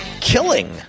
killing